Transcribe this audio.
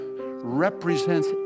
represents